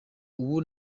ubu